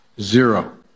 Zero